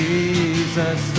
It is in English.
Jesus